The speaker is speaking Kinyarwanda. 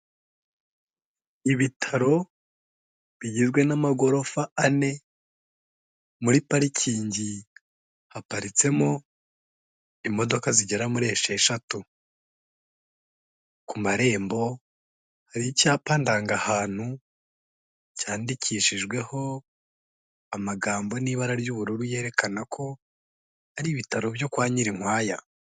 Ibitaro bigizwe n'amagorofa ane, muri parikingi haparitsemo imodoka zigera muri esheshatu. Ku marembo hari icyapa ndangahantu cyandikishijweho amagambo n'ibara ry'ubururu, yerekana ko ari ibitaro byo kwa Nyirinkwaya.